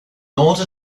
order